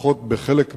לפחות בחלק מהעניין,